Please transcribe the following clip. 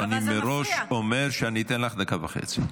אני מראש אומר שאני אתן לך דקה וחצי,